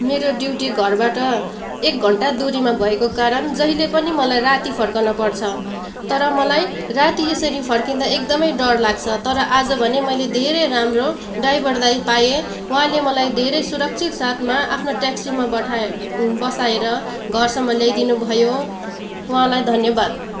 मेरो ड्युटी घरबाट एक घन्टा दुरीमा भएको कारण जहिले पनि मलाई राति फर्कन पर्छ तर मलाई राति यसरी फर्किँदा एकदमै डर लाग्छ तर आज भने मैले धेरै राम्रो ड्राइभर दाइ पाएँ उहाँले मलाई धेरै सुरक्षित साथमा आफ्नो ट्याक्सीमा बठा बसाएर घरसम्म ल्याइदिनु भयो उहाँलाई धन्यवाद